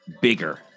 bigger